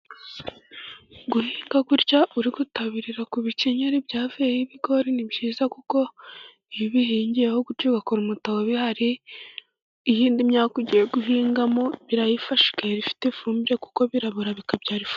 Guhinga buriya uri gutabirira ku bikenyeri byavuyemo ibigori ni byiza, kuko iyo ubihingiyeho gutyo ugakora umutabo bihari, iyindi myaka ugiye guhingamo birayifasha iba ifite ifumbire, kuko birabora bikabyara ifumbire.